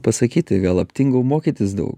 pasakyti gal aptingau mokytis daug